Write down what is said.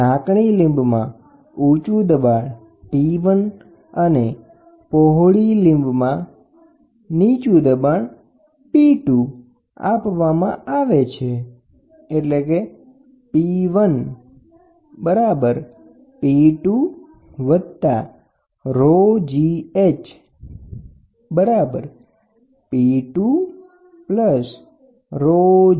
સાંકડી લીંબમાં ઉંચુ દબાણ P1 જેનો આડછેદ વિસ્તાર A1 છે અને પહોળી લીંબમાં નીચું દબાણ P1 આપવામાં આવે છે જેનો આડછેદ વિસ્તાર A2 છે